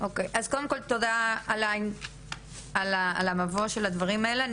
אוקיי, אז קודם כל תודה על המבוא של הדברים האלה.